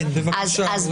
כן, בבקשה עוה"ד יששכר.